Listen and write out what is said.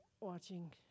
watching